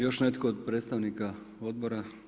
Još netko od predstavnika odbora?